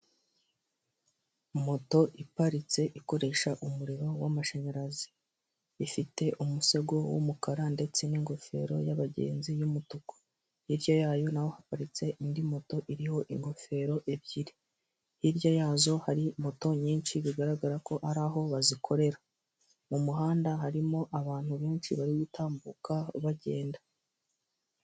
Moto iparitse ikoresha umuriro w'amashanyarazi, ifite umusego w'umukara ndetse n'ingofero y'abagenzi y'umutuku. Hirya yayo naho haparitse indi moto iriho ingofero ebyiri, hirya yazo hari moto nyinshi bigaragara ko ari aho bazikorera, mu muhanda harimo abantu benshi barimo gutambuka bagenda.